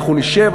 אנחנו נשב,